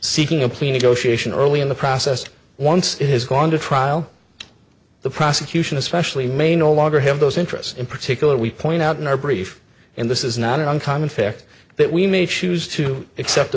seeking a plea negotiation early in the process once it has gone to trial the prosecution especially may no longer have those interests in particular we point out in our brief and this is not an uncommon fact that we may choose to accept